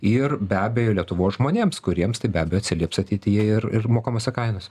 ir be abejo lietuvos žmonėms kuriems tai be abejo atsilieps ateityje ir ir mokamose kainose